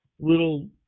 little